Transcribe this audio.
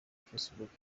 facebook